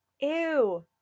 Ew